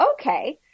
okay